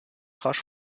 rasch